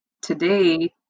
today